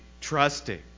trusting